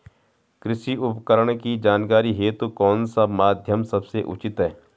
कृषि उपकरण की जानकारी हेतु कौन सा माध्यम सबसे उचित है?